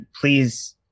please